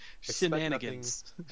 shenanigans